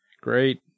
Great